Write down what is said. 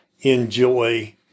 enjoy